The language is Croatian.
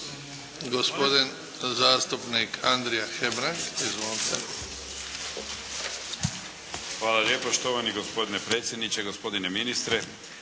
Hvala.